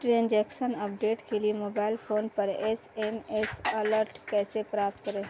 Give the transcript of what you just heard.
Transaction update के लिए mobile phone पर एस.एम.एस अलर्ट कैसे प्राप्त करें?